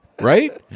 Right